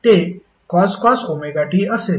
ते cos ωt असेल